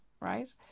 right